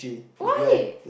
why